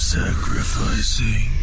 sacrificing